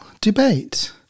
debate